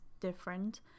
different